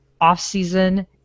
off-season